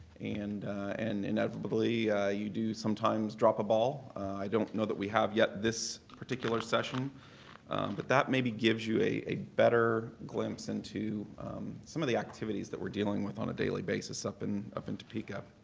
and and inevitably you do sometimes drop a ball. i don't know that we have yet this particular session but that maybe gives you a a better glimpse into some of the activities that we're dealing with on a daily basis up in up in topeka.